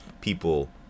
people